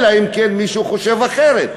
אלא אם כן מישהו חושב אחרת.